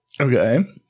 Okay